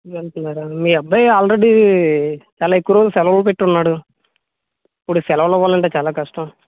madam మీ అబ్బాయి already చాలా ఎక్కువ రోజులు సెలవు పెట్టున్నాడు ఇప్పుడు సెలవులు ఇవ్వాలంటే చాలా కష్టం